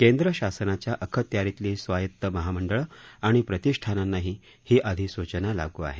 केंद्र शासनाच्या अखत्यारीतली स्वायत महामंडळं आणि प्रतिष्ठानांनाही ही अधिसूचना लागू आहे